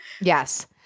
Yes